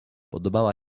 podobała